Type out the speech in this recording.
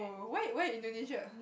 wait wait Indonesia